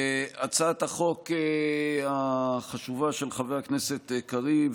הצעת החוק החשובה של חבר הכנסת קריב